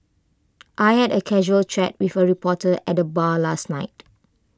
I had A casual chat with A reporter at the bar last night